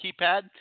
keypad